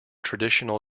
traditional